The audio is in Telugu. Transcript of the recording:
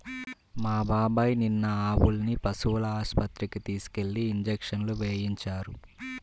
మా బాబాయ్ నిన్న ఆవుల్ని పశువుల ఆస్పత్రికి తీసుకెళ్ళి ఇంజక్షన్లు వేయించారు